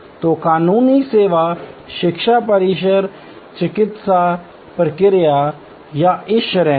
तो कानूनी सेवाएं शिक्षा परिसर चिकित्सा प्रक्रियाएं या इस श्रेणी में